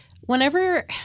whenever